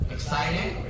Exciting